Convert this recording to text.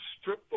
strip